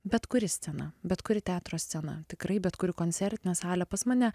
bet kuri scena bet kuri teatro scena tikrai bet kuri koncertinė salė pas mane